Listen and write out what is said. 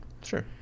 Sure